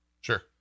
Sure